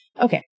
Okay